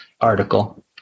article